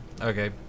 Okay